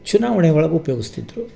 ಚುನಾವಣೆ ಒಳಗೆ ಉಪಯೋಗಸ್ತಿದ್ರು